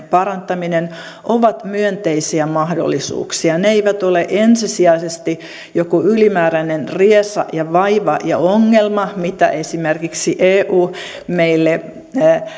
parantaminen ovat myönteisiä mahdollisuuksia ne eivät ole ensisijaisesti joku ylimääräinen riesa vaiva ja ongelma mitä esimerkiksi eu meille